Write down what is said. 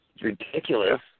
Ridiculous